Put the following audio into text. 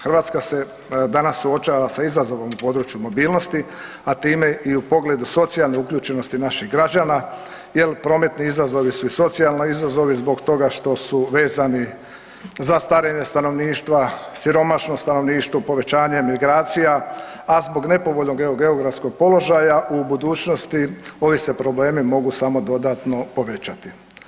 Hrvatska se danas suočava sa izazovom u području mobilnosti, a time i u pogledu socijalne uključenosti naših građana jel prometni izazovi su i socijalni izazovi zbog toga što su vezani za starenje stanovništva, siromašno stanovništvo, povećanje migracija, a zbog nepovoljnog geografskog položaja u budućnosti ovi se problemi mogu samo dodatno povećati.